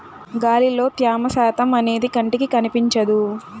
గాలిలో త్యమ శాతం అనేది కంటికి కనిపించదు